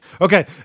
Okay